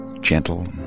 gentle